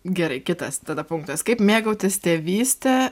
gerai kitas tada punktas kaip mėgautis tėvyste